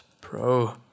Pro